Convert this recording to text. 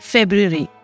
February